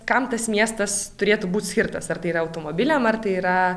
kam tas miestas turėtų būt skirtas ar tai yra automobiliam ar tai yra